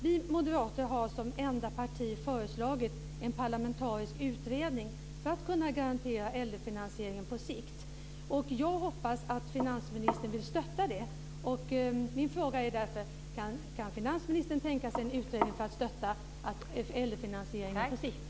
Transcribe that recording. Vi moderater har som enda parti föreslagit en parlamentarisk utredning för att kunna garantera äldrefinansieringen på sikt. Jag hoppas att finansministern vill stötta det. Min fråga är därför: Kan finansministern tänka sig en utredning för att stötta äldrefinansieringen på sikt?